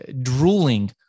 drooling